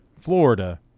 Florida